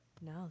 No